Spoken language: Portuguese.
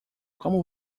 como